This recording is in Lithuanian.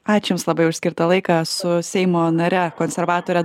ačiū jums labai už skirtą laiką su seimo nare konservatore